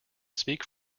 speak